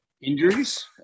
injuries